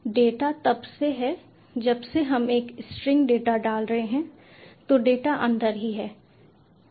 data तब से है जब हम एक स्ट्रिंग डेटा डाल रहे हैं तो डेटा अंदर ही है